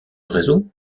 réseau